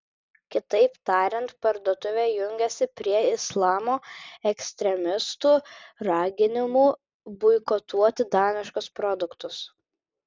kitaip tariant parduotuvė jungiasi prie islamo ekstremistų raginimų boikotuoti daniškus produktus